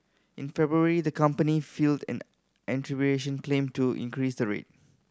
in February the company filed an claim to increase the rate